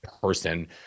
person